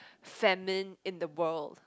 famine in the world